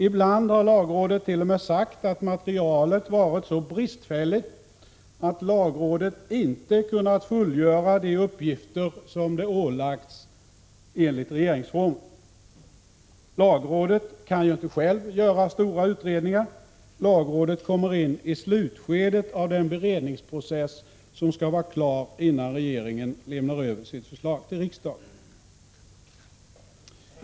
Ibland har lagrådet t.o.m. sagt att materialet varit så bristfälligt att lagrådet inte kunnat fullgöra de uppgifter som det ålagts enligt regeringsformen. Lagrådet kan ju inte självt göra stora utredningar. Lagrådet kommer in i slutskedet av den beredningsprocess som skall vara klar innan regeringen lämnar över sitt förslag till riksdagen.